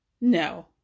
No